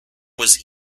was